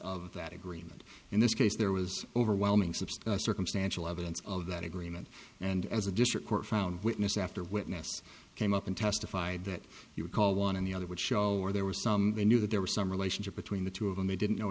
of that agreement in this case there was overwhelming sense circumstantial evidence of that agreement and as a district court found witness after witness came up and testified that he would call one and the other would show where there were some they knew that there was some relationship between the two of them they didn't know